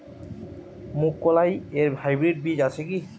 মুগকলাই এর হাইব্রিড বীজ আছে কি?